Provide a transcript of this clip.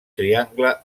triangle